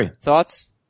Thoughts